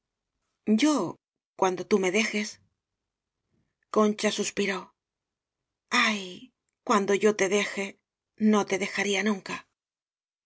yo cuando tú me dejes concha suspiró ay cuando yo te deje no te dejaría nunca